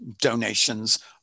donations